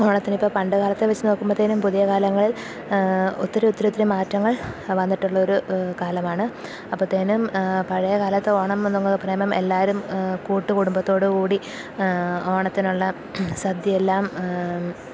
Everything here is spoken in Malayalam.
ഓണത്തിനിപ്പോള് പണ്ടുകാലത്തെ വച്ചുനോക്കുമ്പോഴത്തേനും പുതിയ കാലങ്ങൾ ഒത്തിരി ഒത്തിരി ഒത്തിരി മാറ്റങ്ങൾ വന്നിട്ടുള്ളൊരു കാലമാണ് അപ്പോഴത്തേനും പഴയകാലത്ത് ഓണം എന്നു പറയുമ്പോള് എല്ലാവരും കൂട്ടുകുടുംബത്തോടുകൂടി ഓണത്തിനുള്ള സദ്യയെല്ലാം